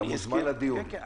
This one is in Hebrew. אתה מוזמן לדיון.